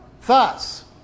Thus